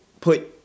put